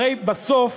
הרי בסוף